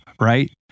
right